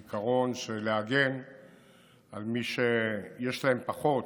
העיקרון להגן על מי שיש להם פחות,